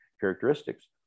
characteristics